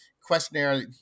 questionnaire